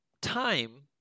time